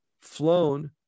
flown